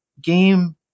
game